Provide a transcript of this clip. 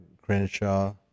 Crenshaw